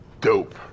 Dope